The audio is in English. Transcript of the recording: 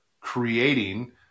creating